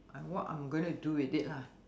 and what I'm going to do with it lah